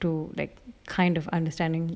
to like kind of understanding